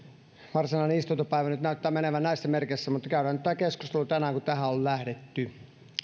varsinainen istuntopäivä nyt näyttää menevän näissä merkeissä mutta käydään nyt tämä keskustelu tänään kun tähän on lähdetty